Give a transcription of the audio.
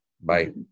Bye